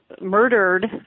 murdered